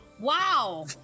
Wow